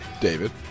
David